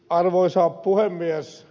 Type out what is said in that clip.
arvoisa puhemies